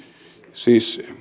siis